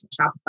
Shopify